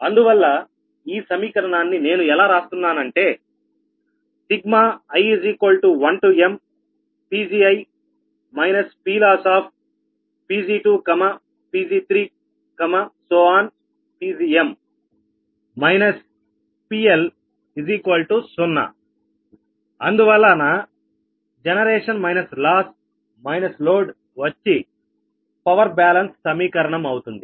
అందువల్ల ఈ సమీకరణాన్ని నేను ఎలా రాస్తున్నాను అంటే i1mPgi PLossPg2Pg3Pgm PL0 అందువల్ల generation minus loss minus load వచ్చి పవర్ బ్యాలెన్స్ సమీకరణం అవుతుంది